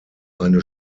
eine